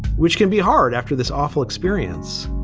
which can be hard after this awful experience,